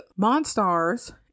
Monstars